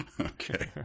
Okay